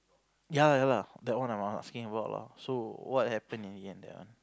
ya lah ya lah that one I'm asking about lah so what happen in the end ya